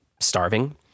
starving